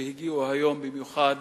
שהגיעו היום במיוחד